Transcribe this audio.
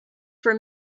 for